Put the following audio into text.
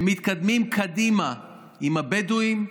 הם מתקדמים קדימה עם הבדואים,